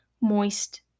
moist